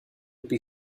would